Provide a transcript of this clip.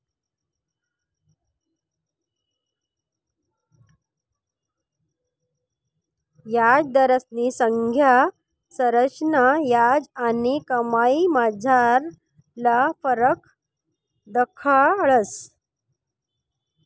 याजदरस्नी संज्ञा संरचना याज आणि कमाईमझारला फरक दखाडस